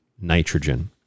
nitrogen